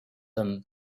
them